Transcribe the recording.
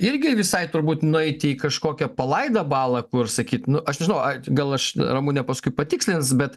irgi visai turbūt nueiti į kažkokią palaidą balą kur sakyt nu aš nežinau ai gal aš ramunė paskui patikslins bet